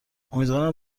امیدوارم